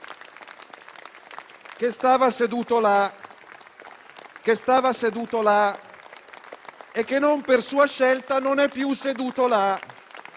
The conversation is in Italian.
che stava seduto lì e che non per sua scelta non è più seduto lì.